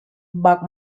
buck